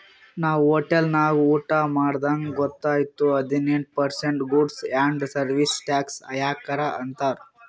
ನಾವ್ ಹೋಟೆಲ್ ನಾಗ್ ಊಟಾ ಮಾಡ್ದಾಗ್ ಗೊತೈಯ್ತು ಹದಿನೆಂಟ್ percent goods and service tax ಹಾಕ್ಯಾರ್ ಅಂತ್